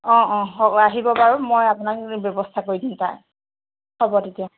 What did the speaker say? অ অ হ'ব আহিব বাৰু মই আপোনাক ব্যৱস্থা কৰি দিম তাৰ হ'ব তেতিয়া